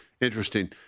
Interesting